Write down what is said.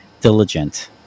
diligent